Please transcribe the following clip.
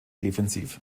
defensiv